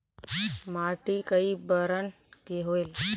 माटी कई बरन के होयल?